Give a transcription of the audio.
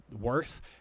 worth